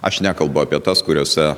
aš nekalbu apie tas kuriose